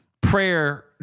prayer